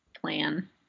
plan